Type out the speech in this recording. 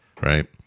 right